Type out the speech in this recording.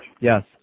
Yes